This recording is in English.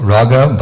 Raga